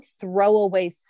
throwaway